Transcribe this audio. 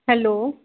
hello